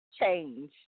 change